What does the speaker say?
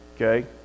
okay